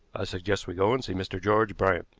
i suggest we go and see mr. george bryant.